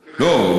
לא,